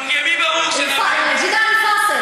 (בערבית: גדר ההפרדה).